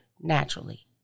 naturally